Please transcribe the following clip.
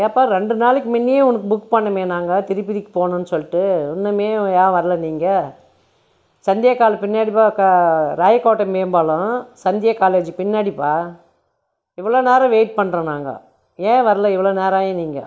ஏன்பா ரெண்டு நாளுக்கு முன்னயே புக் பண்ணிணோமே நாங்கள் திருப்பதிக்கு போகணும்னு சொல்லிட்டு இன்னுமே ஏன் வரலை நீங்கள் சந்தியா காலேஜ் பின்னாடிதான் ராயப்பேட்டை மேம்பாலம் சந்தியா காலேஜ் பின்னாடிப்பா இவ்வளோ நேரம் வெயிட் பண்ணுறோம் நாங்கள் ஏன் வரலை நீங்கள் இவ்வளோ நேரம் ஆகியும் நீங்கள்